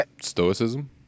stoicism